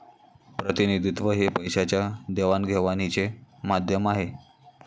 प्रतिनिधित्व हे पैशाच्या देवाणघेवाणीचे माध्यम आहे